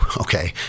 okay